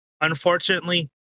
unfortunately